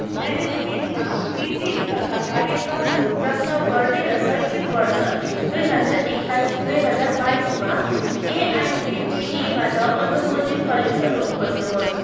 म्यानेजमेन्टमा PG स्तरका कार्यक्रमहरू प्रस्ताव गर्ने र शैक्षिक वर्ष दुई हजार एक्काइस दुई हजार बाइसमा एइसिटीईबाट अनुमोदित कलेजहरू खोज्नुहोस्